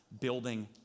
building